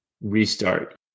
restart